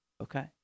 Okay